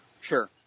Sure